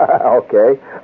Okay